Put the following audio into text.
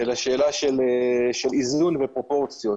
אלא שאלה של איזון ופרופורציות.